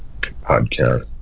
podcast